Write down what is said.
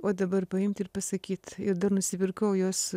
o dabar paimt ir pasakyt ir dar nusipirkau juos